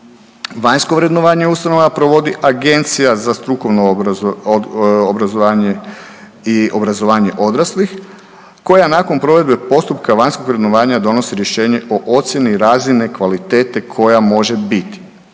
Vanjsko vrednovanje ustanova provodi Agencija za strukovno obrazovanje i obrazovanje odraslih koja nakon provedbe postupka vanjskog vrednovanja donosi rješenje o ocjeni razine kvalitete koja može biti,